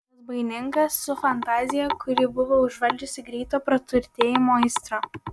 razbaininkas su fantazija kurį buvo užvaldžiusi greito praturtėjimo aistra